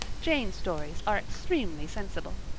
jane's stories are extremely sensible.